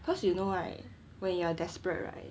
cause you know right when you are desperate right